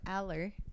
Aller